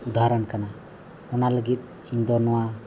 ᱩᱫᱟᱦᱚᱨᱚᱱ ᱠᱟᱱᱟ ᱚᱱᱟ ᱞᱟᱹᱜᱤᱫ ᱤᱧᱫᱚ ᱱᱚᱣᱟ